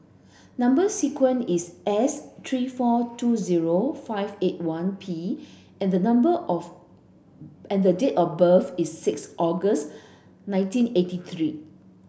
number sequence is S three four two zero five eight one P and the number of and the date of birth is six August nineteen eighty three